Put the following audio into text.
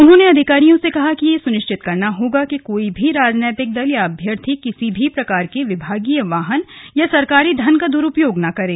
उन्होंने अधिकारियों से कहा कि यह सुनिश्चित करना होगा कि कोई भी राजनैतिक दल या अभ्यर्थी किसी भी प्रकार के विभागीय वाहन और सरकारी धन का दुरूपयोग न करें